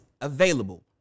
available